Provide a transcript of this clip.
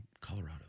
Colorado